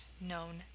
known